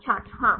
छात्र हाँ